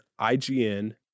IGN